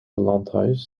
landhuis